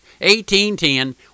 1810